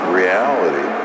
reality